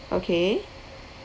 okay